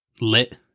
Lit